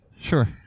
Sure